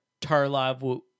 Tarlov